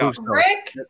Rick